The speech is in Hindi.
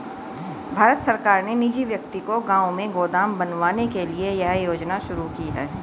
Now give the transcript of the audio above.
भारत सरकार ने निजी व्यक्ति को गांव में गोदाम बनवाने के लिए यह योजना शुरू की है